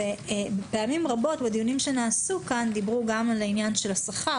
פעמים רבות בדיונים כאן דיברו גם על השכר,